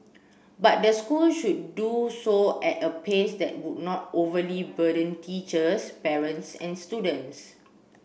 but the school should do so at a pace that would not overly burden teachers parents and students